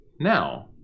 now